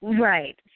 Right